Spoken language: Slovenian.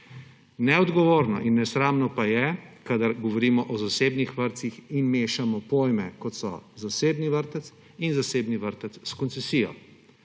Neodgovorno in nesramno pa je, kadar govorimo o zasebnih vrtcih in mešamo pojme, kot so zasebni vrtec in zasebni vrtec s koncesijo.